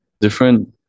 different